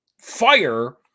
fire